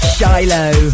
Shiloh